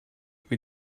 with